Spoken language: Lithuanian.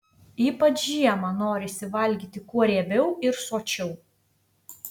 ypač žiemą norisi valgyti kuo riebiau ir sočiau